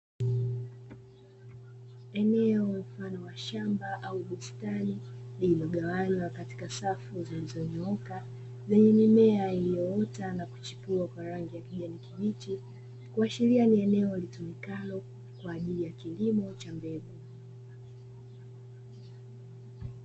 Eneo mfano wa shamba au bustani lililogawanywa katika safu zilizonyooka zenye mimea ilioota na kuchipua kwa rangi ya kijani kibichi, kuashiria ni eneo litumikalo kwa ajili ya kilimo cha mbegu.